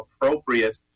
appropriate